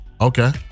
Okay